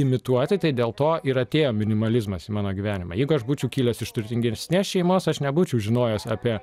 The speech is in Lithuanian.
imituoti tai dėl to ir atėjo minimalizmas į mano gyvenimą jeigu aš būčiau kilęs iš turtingesnės šeimos aš nebūčiau žinojęs apie